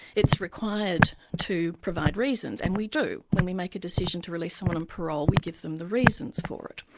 it's required to provide reasons, and we do, when we make a decision to release someone on parole, we give them the reasons for it.